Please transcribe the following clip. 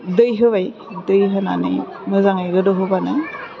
दै होबाय दै होनानै मोजाङै गोदौ होबानो